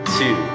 two